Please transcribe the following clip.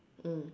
mm